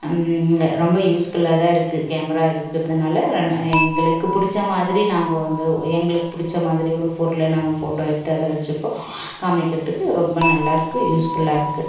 ரொம்ப யூஸ்ஃபுல்லாக தான் இருக்குது கேமரா இருக்கிறதுனால எங்களுக்கு பிடிச்ச மாதிரி நாங்கள் வந்து எங்களுக்கு பிடிச்ச மாதிரி ஒரு பொருளை நாங்கள் ஃபோட்டோ எடுத்து அதை வெச்சுப்போம் காமிக்கிறத்துக்கு ரொம்ப நல்லாயிருக்கு யூஸ்ஃபுல்லாக இருக்குது